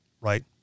Right